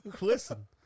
Listen